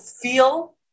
feel